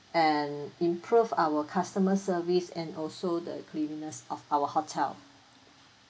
and improve our customer service and also the cleanliness of our hotel